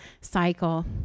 cycle